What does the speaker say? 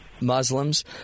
muslims